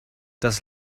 das